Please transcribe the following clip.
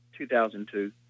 2002